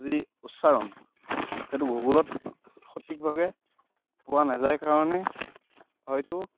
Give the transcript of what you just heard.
যি উচ্চাৰণ সেইটো ভূগোলত সঠিকভাৱে পোৱা নাযায় কাৰণে হয়তো